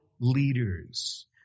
leaders